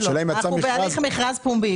אנחנו בהליך מכרז פומבי,